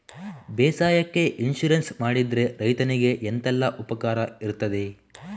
ಬೇಸಾಯಕ್ಕೆ ಇನ್ಸೂರೆನ್ಸ್ ಮಾಡಿದ್ರೆ ರೈತನಿಗೆ ಎಂತೆಲ್ಲ ಉಪಕಾರ ಇರ್ತದೆ?